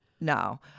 No